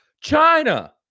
china